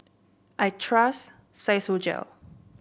I trust Physiogel